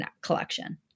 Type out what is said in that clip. collection